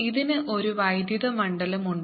ഇതിന് ഒരു വൈദ്യുത മണ്ഡലമുണ്ട്